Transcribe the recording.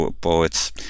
poets